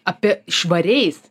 apie švariais